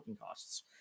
costs